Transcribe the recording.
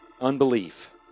Unbelief